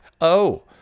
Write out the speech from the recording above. Oh